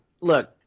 look